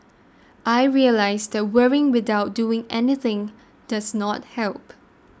I realised that worrying without doing anything does not help